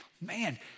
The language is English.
Man